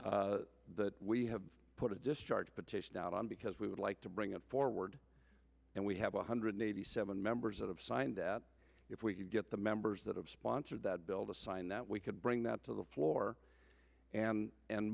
party that we have put a discharge petition out on because we would like to bring it forward and we have one hundred eighty seven members that have signed that if we can get the members that have sponsored the bill the sign that we could bring that to the floor and and